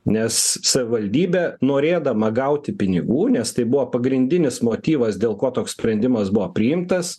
nes savivaldybė norėdama gauti pinigų nes tai buvo pagrindinis motyvas dėl ko toks sprendimas buvo priimtas